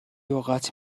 اوقات